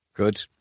Good